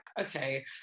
okay